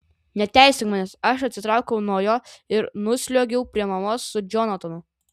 neteisink manęs aš atsitraukiau nuo jo ir nusliuogiau prie mamos su džonatanu